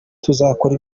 tuzakora